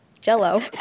jello